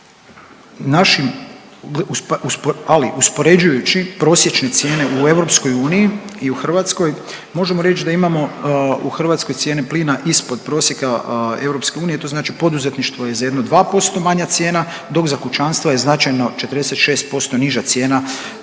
veće. Ali uspoređujući prosječne cijene u EU i u Hrvatskoj možemo reći da imamo u Hrvatskoj cijene plina ispod prosjeka EU, to znači poduzetništvo je za jedno 2% manja cijena, dok za kućanstva je značajno, 46% niža cijena